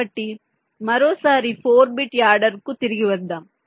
కాబట్టి మరోసారి 4 బిట్ యాడర్కు తిరిగి వద్దాం